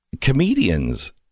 comedians